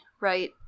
right